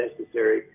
necessary